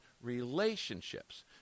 relationships